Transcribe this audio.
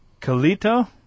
Calito